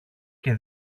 και